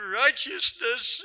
righteousness